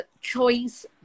choice